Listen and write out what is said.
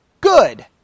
good